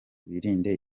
birinde